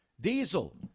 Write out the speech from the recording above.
Diesel